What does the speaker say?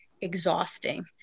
exhausting